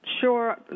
sure